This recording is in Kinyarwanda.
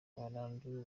barambiwe